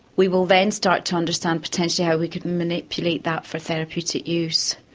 we will then start to understand potentially how we could manipulate that for therapeutic use.